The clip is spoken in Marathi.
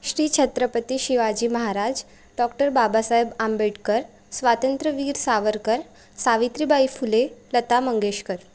श्री छत्रपती शिवाजी महाराज डॉक्टर बाबासाहेब आंबेडकर स्वातंत्र्यवीर सावरकर सावित्रीबाई फुले लता मंगेशकर